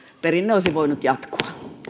perinne olisi voinut jatkua